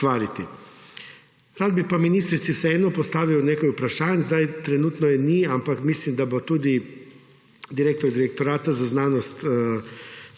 Rad bi pa ministrici vseeno postavil nekaj vprašanj, zdaj trenutno je ni, ampak mislim, da bo tudi direktor Direktorata za znanost